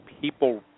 people